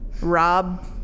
Rob